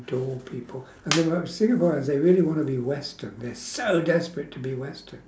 adore people the thing about singaporeans they really wanna be western they're so desperate to be western